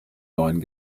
neuen